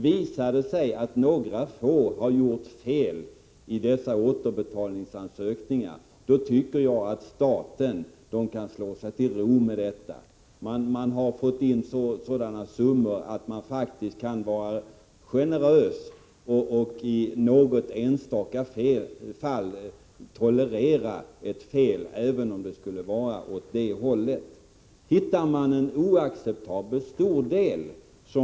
Visar det sig att några få har gjort fel i sina återbetalningsansökningar tycker jag att staten kan slå sig till ro med det. Man har fått in sådana summor att man faktiskt kan vara generös och i något enstaka fall tolerera ett fel, även om det skulle gå åt det hållet att staten gör viss förlust.